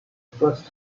first